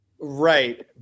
right